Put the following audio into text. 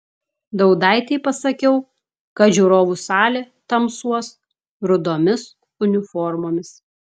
daudaitei pasakiau kad žiūrovų salė tamsuos rudomis uniformomis